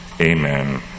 Amen